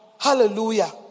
Hallelujah